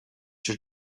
your